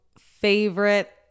favorite